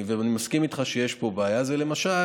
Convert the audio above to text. ואני מסכים איתך שיש פה בעיה, למשל